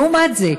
לעומת זה,